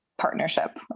partnership